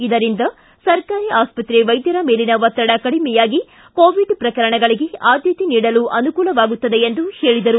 ಇದರಿಂದ ಸರಕಾರಿ ಆಸ್ಪತ್ತೆ ವೈದ್ಯರ ಮೇಲಿನ ಒತ್ತಡ ಕಡಿಮೆಯಾಗಿ ಕೋವಿಡ್ ಪ್ರಕರಣಗಳಿಗೆ ಆದ್ಯತೆ ನೀಡಲು ಅನುಕೂಲವಾಗುತ್ತದೆ ಎಂದು ಹೇಳಿದರು